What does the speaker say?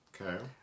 Okay